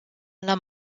alla